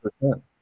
percent